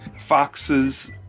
foxes